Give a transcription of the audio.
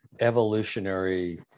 evolutionary